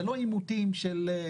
זה לא דיון על policy,